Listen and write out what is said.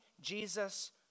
Jesus